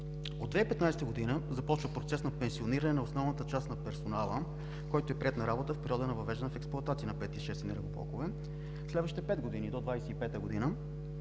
От 2015 г. започва процес на пенсиониране на основната част на персонала, който е приет на работа в периода на въвеждане в експлоатация на V и VI енергоблокове. В следващите пет години до 2025 г.